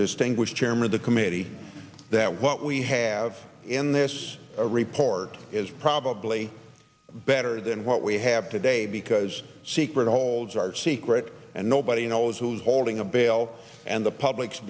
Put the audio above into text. distinguished chairman of the committee that what we have in this report is probably better than what we have today because secret holds are secret and nobody knows who's holding a bail and the public's